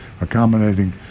Accommodating